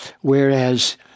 Whereas